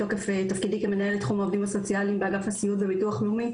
מבחינתנו באגף הסיעוד בביטוח לאומי,